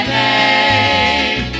name